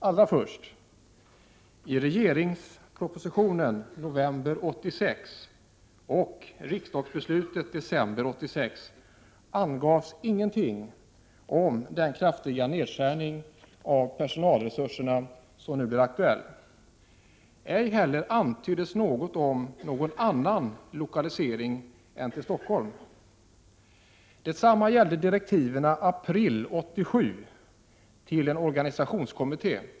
Allra först: I regeringspropositionen i november 1986 och riksdagsbeslutet i december 1986 angavs ingenting om den kraftiga neddragning av personalresurser som nu blir aktuell. Ej heller antyddes någon annan lokalisering än till Stockholm. Detsamma gällde direktiven i april 1987 till organisationskommittén.